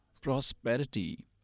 prosperity